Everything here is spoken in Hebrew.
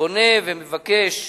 פונה ומבקש